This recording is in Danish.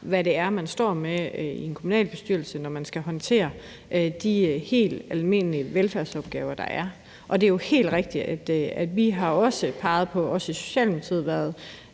hvad det er, man står med i en kommunalbestyrelse, når man skal håndtere de helt almindelige velfærdsopgaver, der er. Det er jo også helt rigtigt, at vi i Socialdemokratiet